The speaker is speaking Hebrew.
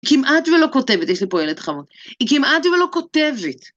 היא כמעט ולא כותבת, יש לי פה ילד חמוד, היא כמעט ולא כותבת.